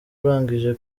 urangije